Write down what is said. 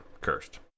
cursed